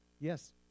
Yes